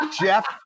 Jeff